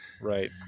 right